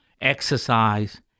exercise